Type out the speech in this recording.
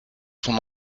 son